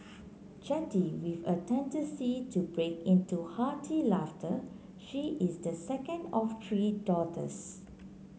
chatty with a tendency to break into hearty laughter she is the second of three daughters